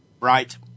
right